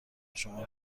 شماره